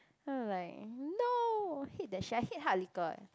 then I'm like no hate that shit I hate hard liquor